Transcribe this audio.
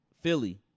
Philly